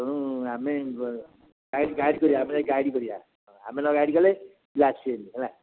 ତେଣୁ ଆମେ ଗ ଗାଇଡ଼ ଗାଇଡ଼ କରିବା ଆମେ ଗାଇଡ଼ କରିବା ଆମେ ନ ଗାଇଡ଼ କଲେ ପିଲା ଆସିବେନି ହେଲା